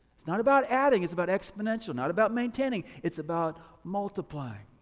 it's not about adding, it's about exponential, not about maintaining, it's about multiplying.